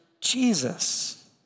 Jesus